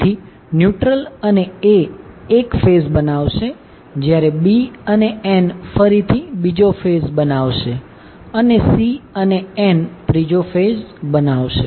તેથી ન્યુટ્રલ અને A એક ફેઝ બનાવશે જયારે B અને N ફરીથી બીજો ફેઝ બનાવશે અને C અને N ત્રીજો ફેઝ બનાવશે